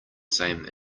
same